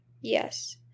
yes